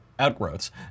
outgrowths